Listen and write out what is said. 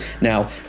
Now